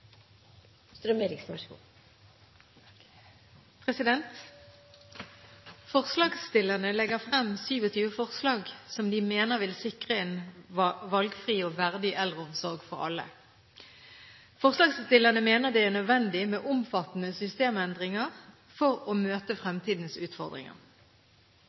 Forslagsstillerne legger frem 27 forslag som de mener vil sikre en valgfri og verdig eldreomsorg for alle. Forslagsstillerne mener det er nødvendig med omfattende systemendringer for å møte